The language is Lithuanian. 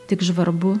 tik žvarbu